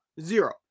Zero